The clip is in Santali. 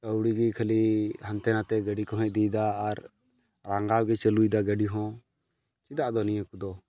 ᱟᱹᱣᱲᱤᱜᱮ ᱠᱷᱟᱹᱞᱤ ᱦᱟᱱᱛᱮᱼᱱᱷᱟᱛᱮ ᱜᱟᱹᱰᱤ ᱠᱚᱦᱚᱸᱭ ᱤᱫᱤᱭᱮᱫᱟ ᱟᱨ ᱨᱟᱸᱜᱟᱣᱜᱮᱭ ᱪᱟᱹᱞᱩᱭᱮᱫᱟ ᱜᱟᱹᱰᱤᱦᱚᱸ ᱪᱮᱫᱟᱜ ᱟᱫᱚ ᱱᱤᱭᱟᱹ ᱠᱚᱫᱚ